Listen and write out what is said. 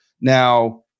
Now